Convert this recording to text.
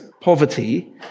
poverty